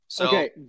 Okay